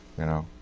you know?